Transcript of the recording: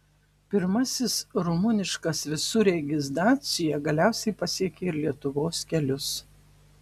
pirmasis rumuniškas visureigis dacia galiausiai pasiekė ir lietuvos kelius